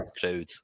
crowd